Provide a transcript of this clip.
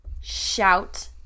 shout